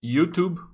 YouTube